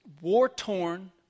war-torn